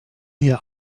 hier